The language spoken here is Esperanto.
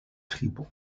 tribo